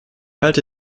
halte